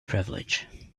privilege